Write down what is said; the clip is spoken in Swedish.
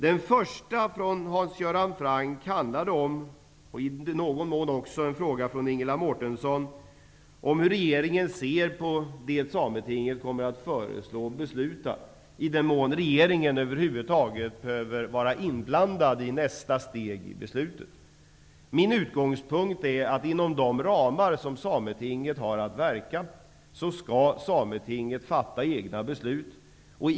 Den första frågan från Hans Göran Frank, och delvis en fråga från Ingela Mårtensson, handlade om hur regeringen ser på det som Sametinget kommer att föreslå och besluta, i den mån regeringen över huvud taget behöver vara inblandad i nästa steg i beslutet. Min utgångspunkt är att Sametinget, inom de ramar som detta har att verka, skall fatta egna beslut.